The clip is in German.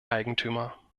eigentümer